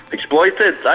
Exploited